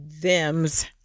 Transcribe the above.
thems